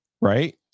right